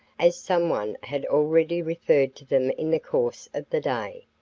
as some one had already referred to them in the course of the day.